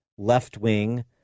left-wing